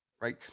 Right